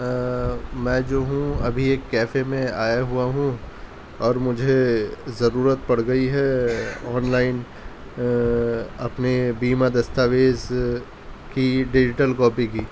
میں جو ہوں ابھی ایک کیفے میں آیا ہوا ہوں اور مجھے ضرورت پڑ گئی ہے آن لائن اپنے بیمہ دستاویز کی ڈیجیٹل کاپی کی